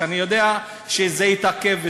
ואני יודע שזה יתעכב,